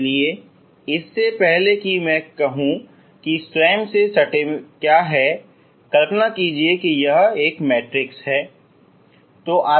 इसलिए इससे पहले कि मैं कहूं कि स्वयं से सटे क्या है कल्पना कीजिए कि यह एक मैट्रिक्स की तरह है